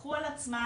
לקחו על עצמם